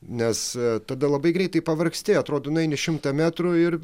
nes tada labai greitai pavargsti atrodo nueini šimtą metrų ir